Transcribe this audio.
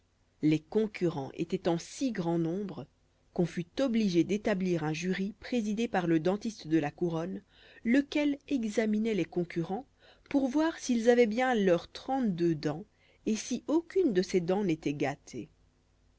les concurrents étaient en si grand nombre qu'on fut obligé d'établir un jury présidé par le dentiste de la couronne lequel examinait les concurrents pour voir s'ils avaient bien leurs trente-deux dents et si aucune de ces dents n'était gâtée